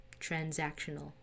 transactional